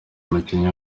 umukinnyi